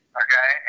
okay